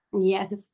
Yes